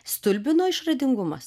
stulbino išradingumas